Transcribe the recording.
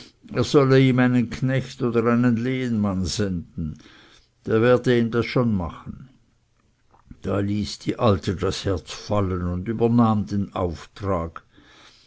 er solle ihm einen knecht oder einen lehenmann senden der werde ihm das schon machen da ließ die alte das herz fallen und übernahm den auftrag